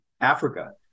Africa